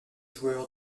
joueur